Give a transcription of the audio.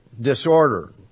disorder